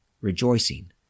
rejoicing